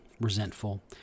resentful